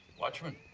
watchman.